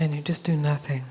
and you just do nothing